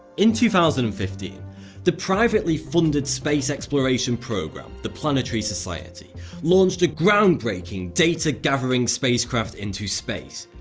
in two thousand and fifteen the privately funded space exploration programme the planetary society launched a groundbreaking data-gathering spacecraft into space,